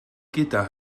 gyda